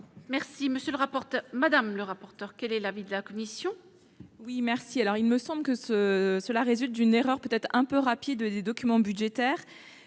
madame le rapporteur, quel est l'avis de la commission. Oui, merci, alors il me semble que ce cela résulte d'une erreur, peut-être un peu rapide des documents budgétaires,